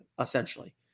essentially